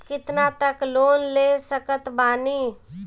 कितना तक लोन ले सकत बानी?